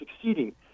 succeeding